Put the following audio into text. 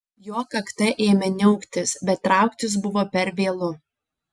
jo kakta ėmė niauktis bet trauktis buvo per vėlu